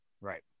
Right